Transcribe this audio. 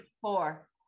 four